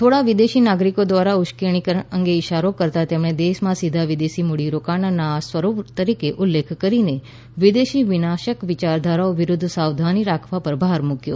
થોડા વિદેશી નાગરિકો દ્વારા ઉશ્કેરણી અંગે ઈશારો કરતાં તેમણે દેશમાં સીધા વિદેશી મુડીરોકાણકારોના નવા સ્વરૂપ તરીકે ઉલ્લેખ કરીને વિદેશી વિનાશક વિયારધારાઓ વિરુદ્ધ સાવધાની રાખવા પર ભાર મુક્યો